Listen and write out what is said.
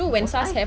oh I